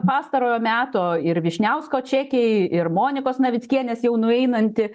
pastarojo meto ir vyšniausko čekiai ir monikos navickienės jau nueinanti